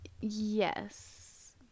Yes